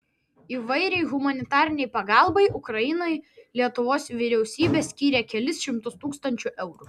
įvairiai humanitarinei pagalbai ukrainai lietuvos vyriausybė skyrė kelis šimtus tūkstančių eurų